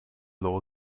law